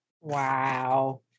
wow